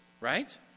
right